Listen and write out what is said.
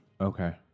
Okay